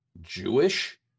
Jewish